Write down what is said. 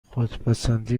خودپسندی